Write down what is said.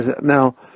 Now